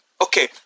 okay